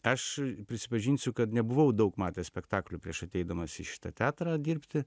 aš prisipažinsiu kad nebuvau daug matęs spektaklių prieš ateidamas į šitą teatrą dirbti